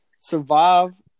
survive